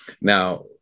Now